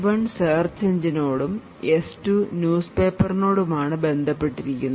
P1 search എഞ്ചിനോടും S2 news പേപ്പർനോടും ആണ് ബന്ധപ്പെട്ടിരിക്കുന്നത്